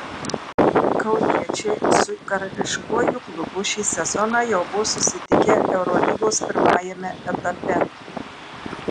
kauniečiai su karališkuoju klubu šį sezoną jau buvo susitikę eurolygos pirmajame etape